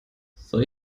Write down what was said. soll